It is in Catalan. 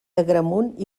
agramunt